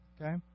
Okay